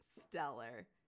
stellar